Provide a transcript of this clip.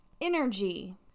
Energy